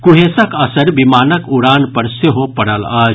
कुंहेसक असरि विमानक उड़ान पर सेहो पड़ल अछि